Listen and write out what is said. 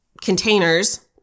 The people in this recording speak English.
containers